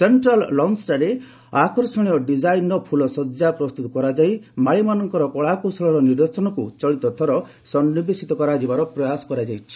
central ଲର୍ଷ୍ଣଠାରେ ଆକର୍ଷଣୀୟ ଡିଜାଇନର ଫୁଲଶଯ୍ୟା ପ୍ରସ୍ତୁତ କରାଯାଇ ମାଳିମାନଙ୍କର କଳାକୌଶଳର ନିଦର୍ଶନକୁ ଚଳିତଥର ସନ୍ନିବେଶିତ କରାଯିବାର ପ୍ରୟାସ ହୋଇଛି